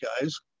guys